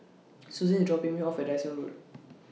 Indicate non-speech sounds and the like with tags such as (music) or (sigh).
(noise) Susan IS dropping Me off At Dyson Road (noise)